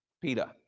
Peter